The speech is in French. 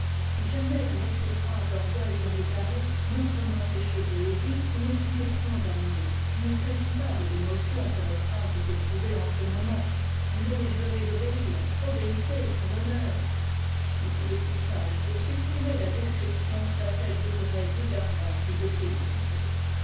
si jamais un exécrable orgueil vient m'égarer montre-moi ces cheveux et dis il n'est plus question d'amour il ne s'agit pas de l'émotion que votre âme peut éprouver en ce moment vous avez juré d'obéir obéissez sur l'honneur mais il est plus sage de supprimer la description d'un tel degré d'égarement et de félicité